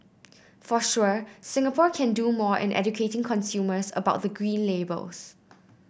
for sure Singapore can do more in educating consumers about the Green Labels